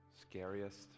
scariest